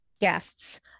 guests